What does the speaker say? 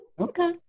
Okay